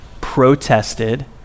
protested